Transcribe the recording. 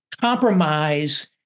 compromise